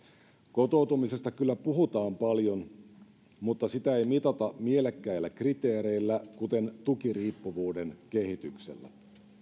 kotoutumisesta kyllä puhutaan paljon mutta sitä ei mitata mielekkäillä kriteereillä kuten tukiriippuvuuden kehityksellä